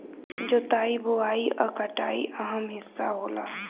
जोताई बोआई आ कटाई अहम् हिस्सा होला